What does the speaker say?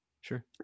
sure